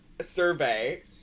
survey